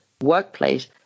workplace